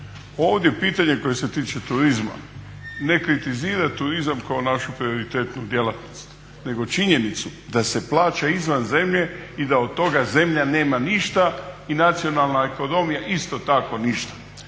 Ovdje je pitanje koje se tiče turizma, ne kritiziram turizam kao našu prioritetnu djelatnost nego činjenicu da se plaća izvan zemlje i da od toga zemlja nema ništa i nacionalna ekonomija isto tako ništa.